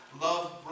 Love